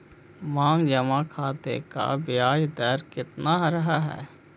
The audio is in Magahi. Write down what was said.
मांग जमा खाते का ब्याज दर केतना रहअ हई